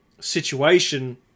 situation